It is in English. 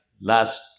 last